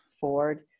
ford